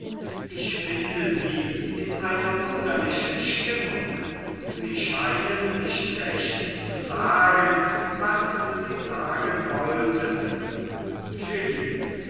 ich finde sie in einer wunderlichen stimmung sie scheinen nicht recht zu sagen was sie sagen wollten